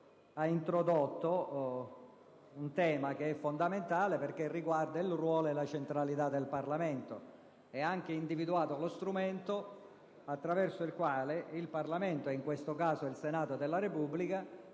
ha introdotto un tema fondamentale che riguarda il ruolo e la centralità del Parlamento, individuando peraltro anche lo strumento attraverso il quale il Parlamento - in questo caso il Senato della Repubblica